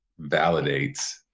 validates